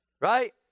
Right